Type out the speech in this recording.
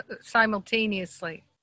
simultaneously